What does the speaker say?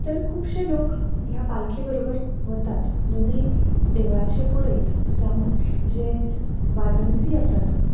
तर खुबशे लोक ह्या पालखे बरोबर वतात दोनूय देवळाचे पुरयत जावं जे वाजंत्री आसात